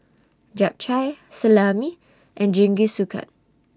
Japchae Salami and Jingisukan